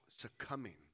succumbing